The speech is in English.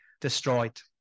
destroyed